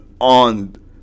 on